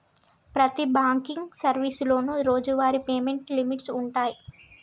ప్రతి బాంకింగ్ సర్వీసులోనూ రోజువారీ పేమెంట్ లిమిట్స్ వుంటయ్యి